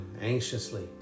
anxiously